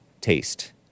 taste